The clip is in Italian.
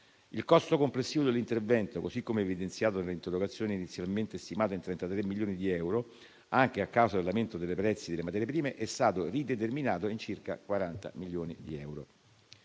Il costo complessivo dell'intervento, così come evidenziato dall'interrogazione, inizialmente stimato in 33 milioni di euro, anche a causa dell'andamento dei prezzi delle materie prime, è stato rideterminato in circa 40 milioni di euro.